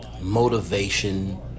Motivation